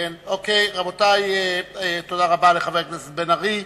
תודה רבה לחבר הכנסת בן-ארי.